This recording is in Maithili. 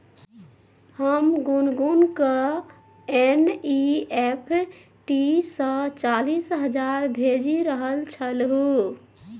हम गुनगुनकेँ एन.ई.एफ.टी सँ चालीस हजार भेजि रहल छलहुँ